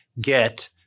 get